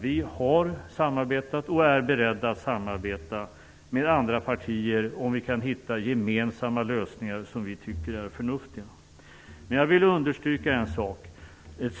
Vi har samarbetat och är beredda att samarbeta med andra partier om vi kan hitta gemensamma lösningar som vi tycker är förnuftiga. Jag vill också understryka en annan sak.